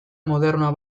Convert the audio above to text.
modernoa